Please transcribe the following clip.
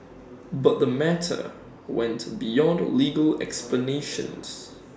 but the matter went beyond legal explanations